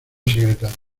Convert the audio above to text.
secretario